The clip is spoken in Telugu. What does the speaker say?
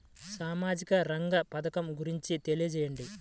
సామాజిక రంగ పథకం గురించి తెలియచేయండి?